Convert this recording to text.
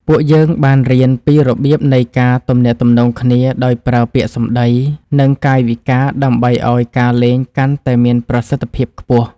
ពួកយើងបានរៀនពីរបៀបនៃការទំនាក់ទំនងគ្នាដោយប្រើពាក្យសម្តី និង កាយវិការដើម្បីឱ្យការលេងកាន់តែមានប្រសិទ្ធភាពខ្ពស់។